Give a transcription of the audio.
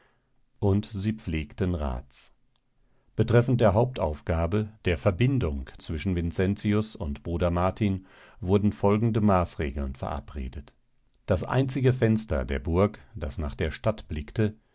und sie pflegten rats betreffs der hauptaufgabe der verbindung zwischen vincentius und bruder martin wurden folgende maßregeln verabredet das einzige fenster der burg das nach der stadt blickte